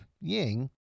Ying